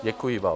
Děkuji vám.